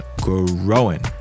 growing